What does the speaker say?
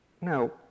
now